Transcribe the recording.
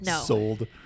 sold